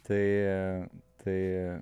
tai tai